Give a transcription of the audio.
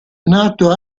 nato